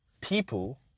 people